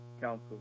Council